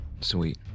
Sweet